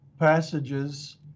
passages